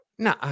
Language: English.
No